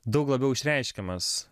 daug labiau išreiškiamas